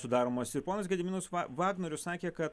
sudaromos ir ponas gediminas va vagnorius sakė kad